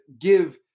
give